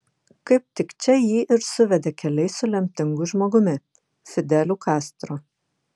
kaip tik čia jį ir suvedė keliai su lemtingu žmogumi fideliu kastro